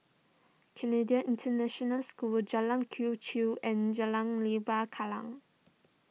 Canadian International School Jalan Quee Chew and Jalan Lembah Kallang